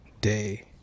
day